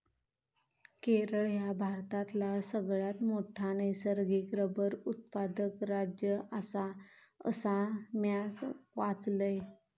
केरळ ह्या भारतातला सगळ्यात मोठा नैसर्गिक रबर उत्पादक राज्य आसा, असा म्या वाचलंय